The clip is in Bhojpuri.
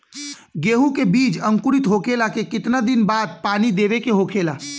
गेहूँ के बिज अंकुरित होखेला के कितना दिन बाद पानी देवे के होखेला?